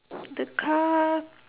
the car